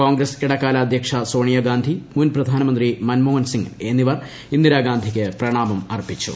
കോൺഗ്രസ് ഇടക്കാല അധൃക്ഷ സോണിയാഗാന്ധി മുൻപ്രധാനമന്ത്രി മൻമോഹൻസിംഗ് എന്നിവർ ഇന്ദിരാഗാന്ധിക്ക് പ്രണാമം അർപ്പിച്ചു